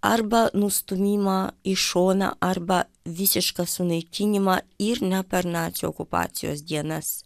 arba nustūmimą į šoną arba visišką sunaikinimą ir ne per nacių okupacijos dienas